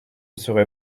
serait